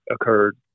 occurred